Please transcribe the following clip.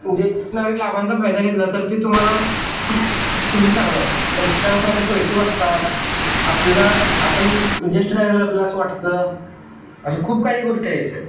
जे नागरिक लाभांचा फायदा घेतला तर ते तुम्हाला तुमची चांगलं आहे त्यांच्यानुसार आपले पैसे वाचतात आपल्याला आपण जेष्ठ नागरिक झाल्यावर आपल्याला असं वाटतं असं खूप काही गोष्टी आहेत